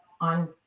on